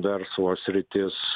verslo sritis